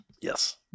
Yes